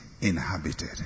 inhabited